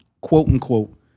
quote-unquote